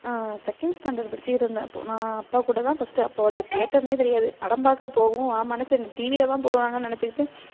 second standard படித்துக்கிட்ருந்தேன் அப்போ நான் அப்பாக்கூடதான் ஃபஸ்ட்டு அப்போது அது தேட்டர்னே தெரியாது படம் பார்க்க போவோம் ஆமாம்னு சரி டிவியில் தான் போடுவாங்கன்னு நினைச்சிக்கிட்டு